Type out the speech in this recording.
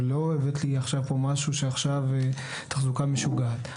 אבל לא הבאת לי עכשיו פה משהו שעכשיו תחזוקה משוגעת.